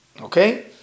Okay